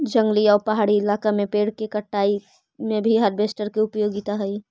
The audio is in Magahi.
जंगली आउ पहाड़ी इलाका में पेड़ के कटाई में भी हार्वेस्टर के उपयोगिता हई